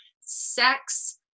sex